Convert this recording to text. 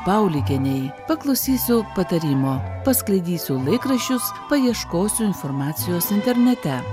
paulikienei paklausysiu patarimo pasklaidysiu laikraščius paieškosiu informacijos internete